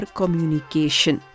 communication